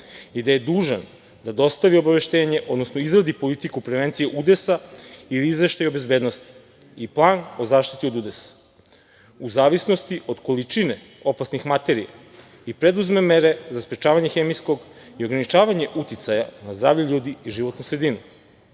i da je dužan da dostavi obaveštenje, odnosno izgradi politiku prevencije udesa ili izveštaj o bezbednosti i plan o zaštiti od udesa, u zavisnosti od količine opasnih materija i preduzme mere za sprečavanje hemijskog i ograničavanje uticaja na zdravlje ljudi i životnu sredinu.